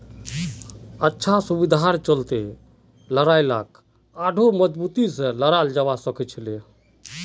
अच्छा सुविधार चलते लड़ाईक आढ़ौ मजबूती से लड़ाल जवा सखछिले